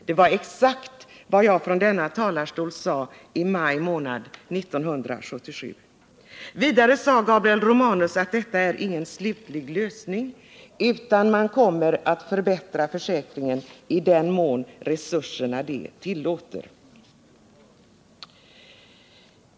Det var exakt vad jag sade från denna Vidare sade Gabriel Romanus att detta är ingen slutlig lösning, utan man kommer att förbättra försäkringen i den mån resurserna det tillåter.